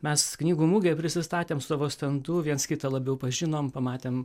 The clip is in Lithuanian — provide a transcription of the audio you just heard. mes knygų mugėj prisistatėm savo stendu viens kitą labiau pažinom pamatėm